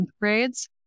grades